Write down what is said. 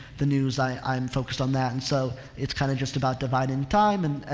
the news i, i'm focused on that. and so, it's kind of just about dividing time, and,